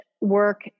work